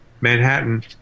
Manhattan